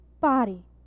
body